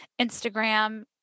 Instagram